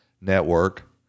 network